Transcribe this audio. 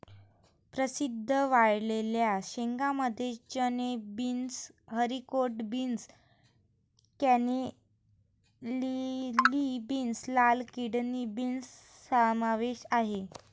प्रसिद्ध वाळलेल्या शेंगांमध्ये चणे, beans, haricot beans, cannellini beans, लाल किडनी बीन्स समावेश आहे